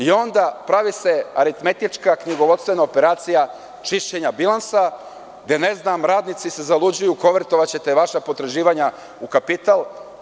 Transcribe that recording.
Onda se pravi aritmetička knjigovodstvena operacija čišćenja bilansa, gde se radnici zaluđuju, konvertovaćete vaša potraživanja u kapital.